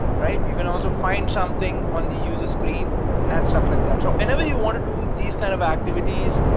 right? you can also find something on the user screen and stuff like that. so whenever you want to do these kind of activities,